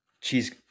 cheese